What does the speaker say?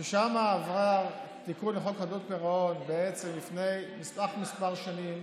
ששם עבר תיקון לחוק חדלות פירעון לפני כמה שנים,